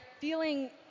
feeling